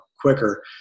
quicker